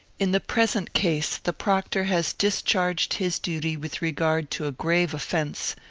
in the present case the proctor has discharged his duty with regard to a grave ofifence,